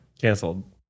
canceled